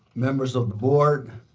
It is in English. members of the board,